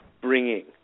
bringing